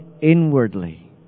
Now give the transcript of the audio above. inwardly